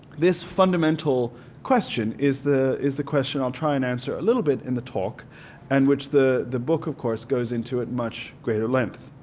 this fundamental question is the is the question i'll try and answer a little bit in the talk and which the the book of course goes into at much greater length.